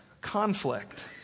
conflict